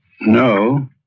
No